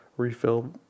Refill